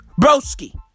Broski